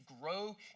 grow